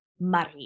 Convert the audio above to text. Maria